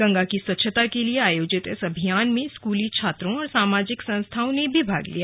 गंगा की स्वच्छता के लिए अभियान में स्कूली छात्रों और सामाजिक संस्थाओं ने भी भाग लिया